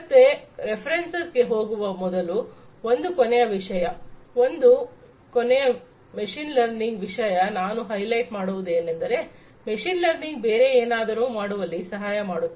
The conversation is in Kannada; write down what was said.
ಮತ್ತೆ ಪ್ರೆಫರೆನ್ಸ್ಸ್ ಗೆ ಹೋಗುವ ಮೊದಲು ಒಂದು ಕೊನೆಯ ವಿಷಯ ಒಂದು ಕೊನೆಯ ಮೆಷಿನ್ ಲರ್ನಿಂಗ್ ವಿಷಯ ನಾನು ಹೈಲೈಟ್ ಮಾಡುವುದೇನೆಂದರೆ ಮೆಷಿನ್ ಲರ್ನಿಂಗ್ ಬೇರೆ ಏನಾದರೂ ಮಾಡುವಲ್ಲಿ ಸಹಾಯ ಮಾಡುತ್ತದೆ